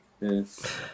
Yes